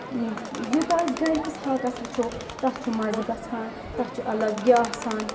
یوٗتاہ أسۍ گَرِکِس ہاکس وٕچھو تَتھ چھُ مَزٕ گژھان تَتھ چھُ الگ یہِ آسان